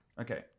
Okay